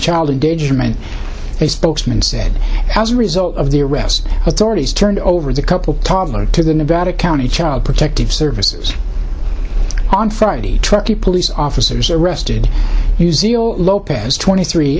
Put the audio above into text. child engagement a spokesman said as a result of the arrest authorities turned over the couple toddler to the nevada county child protective services on friday truckee police officers arrested lopez twenty three